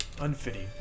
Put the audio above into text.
unfitting